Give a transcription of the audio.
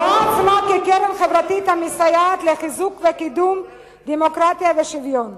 היא רואה עצמה כקרן חברתית המסייעת לחיזוק וקידום של דמוקרטיה ושוויון.